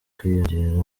kwiyongera